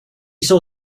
saw